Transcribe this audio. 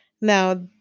Now